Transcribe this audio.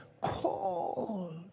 cold